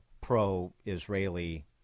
pro-Israeli